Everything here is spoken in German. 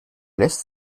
lässt